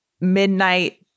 midnight